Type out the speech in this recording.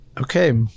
okay